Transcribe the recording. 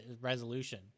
resolution